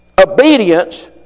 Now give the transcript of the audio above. obedience